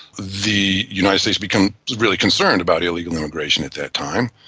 the united states became really concerned about illegal immigration at that time.